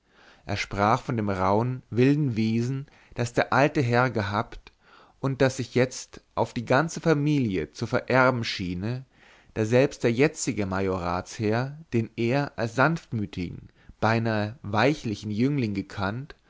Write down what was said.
er sprach von dem rauhen wilden wesen das der alte herr gehabt und das sich auf die ganze familie zu vererben schiene da selbst der jetzige majoratsherr den er als sanftmütigen beinahe weichlichen jüngling gekannt